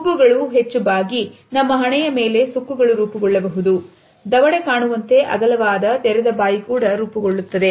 ಹುಬ್ಬುಗಳು ಹೆಚ್ಚು ಬಾಗಿ ನಮ್ಮ ಹಣೆಯ ಮೇಲೆ ಸುಕ್ಕುಗಳು ರೂಪುಗೊಳ್ಳಬಹುದು ದವಡೆ ಕಾಣುವಂತೆ ಅಗಲವಾದ ತೆರೆದ ಬಾಯಿ ಕೂಡ ರೂಪುಗೊಳ್ಳುತ್ತದೆ